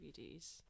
dvds